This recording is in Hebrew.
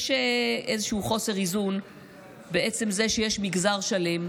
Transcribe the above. יש איזשהו חוסר איזון בעצם זה שיש מגזר שלם,